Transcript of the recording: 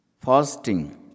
Fasting